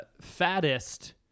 fattest